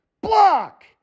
Block